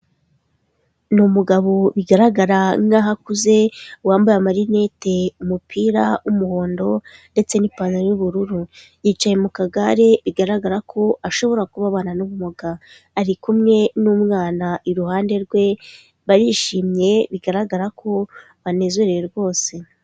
Ni umugabo bigaragara nkaho akuze, wambaye amarinete, umupira w'umuhondo ndetse n'ipantaro y'ubururu, yicaye mu kagare bigaragara ko ashobora kuba abana n'ubumuga. Ari kumwe n'umwana iruhande rwe barishimye bigaragara ko banezerewe rwose.